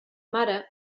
mare